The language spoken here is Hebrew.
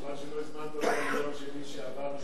חבל שלא הזמנת אותם ביום שני שעבר.